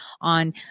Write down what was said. on